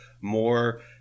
more